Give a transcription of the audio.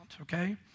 okay